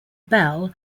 bell